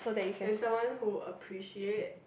and someone who appreciate